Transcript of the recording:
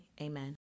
amen